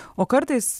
o kartais